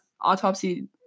autopsy